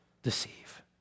deceive